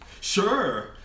Sure